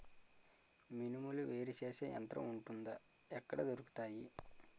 మినుములు వేరు చేసే యంత్రం వుంటుందా? ఎక్కడ దొరుకుతాయి?